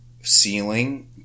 ceiling